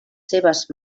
seves